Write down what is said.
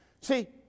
See